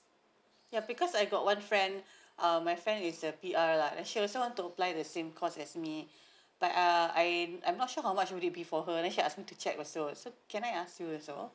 ya because I got one friend um my friend is a P_R lah and she also want to apply the same course as me but uh I I'm not sure how much would it be for her then she ask me to check also so can I ask you also